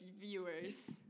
viewers